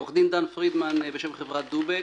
אני עורך דין דן פרידמן, בשם חברת דובק.